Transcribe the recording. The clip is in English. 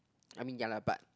I mean ya lah but